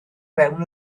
fewn